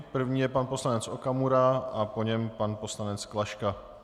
První je pan poslanec Okamura a po něm je pan poslanec Klaška.